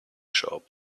shop